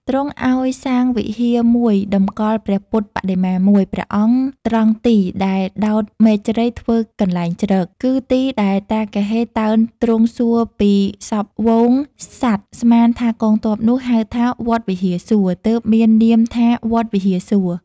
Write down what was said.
ទ្រង់ឲ្យសាងវិហារមួយតំកល់ព្រះពុទ្ធបដិមាមួយ ព្រះអង្គត្រង់ទី ដែលដោតមែកជ្រៃធ្វើកន្លែងជ្រក គឺទីដែលតាគហ៊េតើនទ្រង់សួរពីសព្ទហ្វូងសត្វស្មានថាកងទ័ពនោះ ហៅថា "វត្តវិហារសួរ" ទើបមាននាមថា"វត្តវិហារសួរ"។